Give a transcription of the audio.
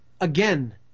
again